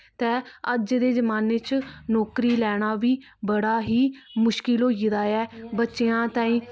ते अज्ज दे जमान्ने च नौकरी लैना बी बड़ा ही मुश्कल होई गेदा ऐ बच्चेआं ताईं